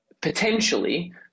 potentially